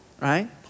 right